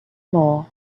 more